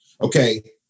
okay